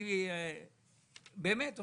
הוא